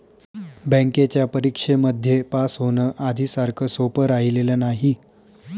बँकेच्या परीक्षेमध्ये पास होण, आधी सारखं सोपं राहिलेलं नाही